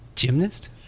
Gymnast